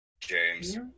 James